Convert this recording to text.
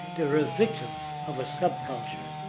they are a victim of a subculture.